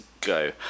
go